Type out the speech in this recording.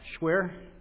Schwer